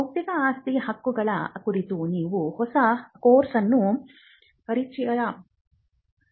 ಬೌದ್ಧಿಕ ಆಸ್ತಿ ಹಕ್ಕುಗಳ ಕುರಿತು ನೀವು ಹೊಸ ಕೋರ್ಸ್ ಅನ್ನು ಪರಿಚಯಿಸಬಹುದು